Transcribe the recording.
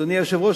אדוני היושב-ראש,